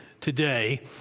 today